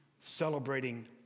celebrating